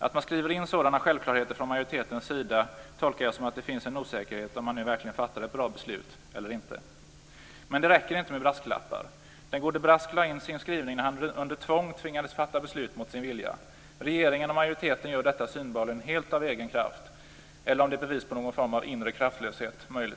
Att man skriver in sådana självklarheter från majoritetens sida tolkar jag som att det finns en osäkerhet om man nu verkligen fattar ett bra beslut eller inte. Men det räcker inte med brasklappar. Den gode Brask lade in sin skrivning när han under tvång fattade beslut mot sin vilja. Regeringen och majoriteten gör detta synbarligen helt av egen kraft, eller om det möjligtvis är ett bevis på någon form av inre kraftlöshet.